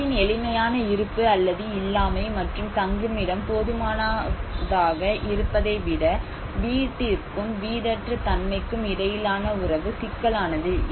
வீட்டின் எளிமையான இருப்பு அல்லது இல்லாமை மற்றும் தங்குமிடம் போதுமானதாக இருப்பதை விட வீட்டிற்கும் வீடற்ற தன்மைக்கும் இடையிலான உறவு சிக்கலானது